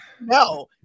no